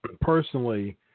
personally